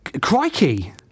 crikey